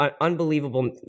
Unbelievable